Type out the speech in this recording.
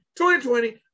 2020